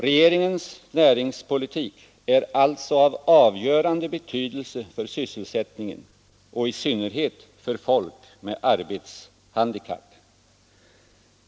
Regeringens näringspolitik är alltså av avgörande betydelse för sysselsättningen, och i synnerhet för folk med arbetshandikapp.